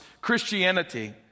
Christianity